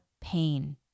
pain